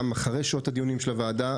גם אחרי שעות הדיונים בוועדה.